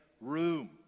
room